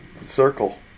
circle